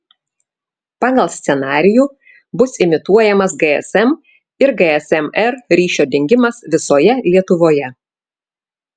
pagal scenarijų bus imituojamas gsm ir gsm r ryšio dingimas visoje lietuvoje